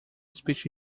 speech